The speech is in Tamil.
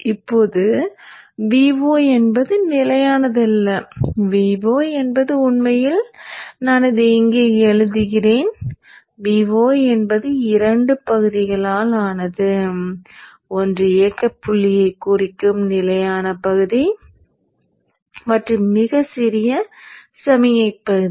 இப்போது Vo என்பது நிலையானது அல்ல Vo என்பது உண்மையில் நான் அதை இங்கே எழுதுகிறேன் Vo என்பது இரண்டு பகுதிகளால் ஆனது ஒன்று இயக்கப் புள்ளியைக் குறிக்கும் நிலையான பகுதி மற்றும் மிகச் சிறிய சமிக்ஞைப் பகுதி